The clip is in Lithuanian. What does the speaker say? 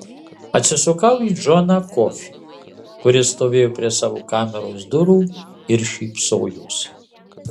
atsisukau į džoną kofį kuris stovėjo prie savo kameros durų ir šypsojosi